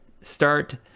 Start